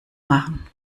machen